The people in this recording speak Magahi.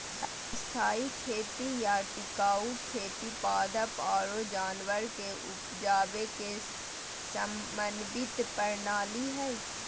स्थायी खेती या टिकाऊ खेती पादप आरो जानवर के उपजावे के समन्वित प्रणाली हय